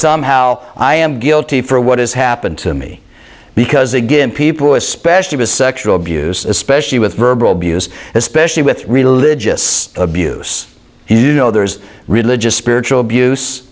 somehow i am guilty for what has happened to me because again people especially with sexual abuse especially with verbal abuse especially with religious abuse you know there's religious